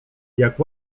jak